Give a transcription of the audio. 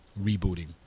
rebooting